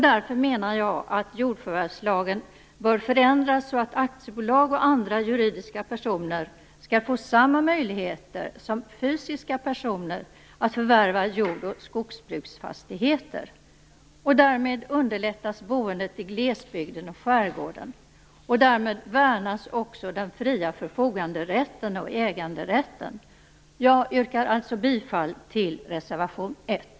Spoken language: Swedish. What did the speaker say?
Därför menar jag att jordförvärvslagen bör förändras så att aktiebolag och andra juridiska personer skall få samma möjligheter som fysiska personer att förvärva jord och skogsbruksfastigheter. Därmed underlättas boendet i glesbygden och skärgården. Därmed värnas också den fria förfoganderätten och äganderätten. Jag yrkar bifall till reservation 1.